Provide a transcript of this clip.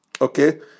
Okay